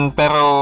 pero